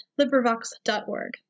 LibriVox.org